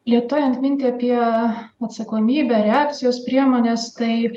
plėtojant mintį apie atsakomybę reakcijos priemonės tai